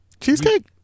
Cheesecake